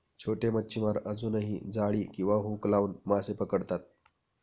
छोटे मच्छीमार अजूनही जाळी किंवा हुक लावून मासे पकडतात